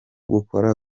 gukora